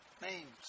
names